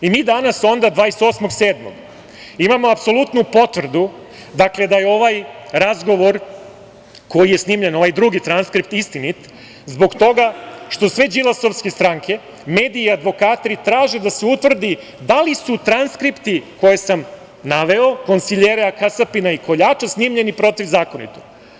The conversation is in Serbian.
Mi danas 28.07. imamo apsolutnu potvrdu da je ovaj razgovor koji je snimljen, ovaj drugi transkript, istinit zbog toga što sve Đilasovske stranke, mediji i advokati traže da se utvrdi da li su transkripti koje sam naveo konsiljera, kasapina i koljača snimljeni protivzakonito.